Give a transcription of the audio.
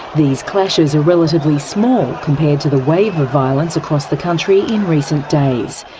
these clashes are relatively small compared to the wave of violence across the country in recent days.